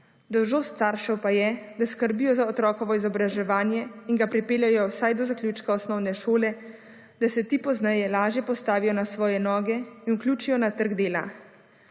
Dolžnost staršev pa je, da skrbijo za otrokovo izobraževanje in ga pripeljejo vsaj do zaključka osnovne šole, da se ti pozneje lažje postavijo na svoje noge in vključijo na trg dela.